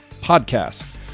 podcast